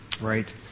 right